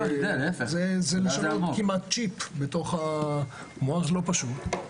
זה לשנות כמעט צ'יפ בתוך המוח, וזה לא פשוט.